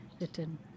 written